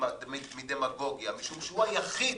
ומדמגוגיה משום שהוא היחיד